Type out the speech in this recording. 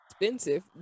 expensive